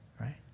Right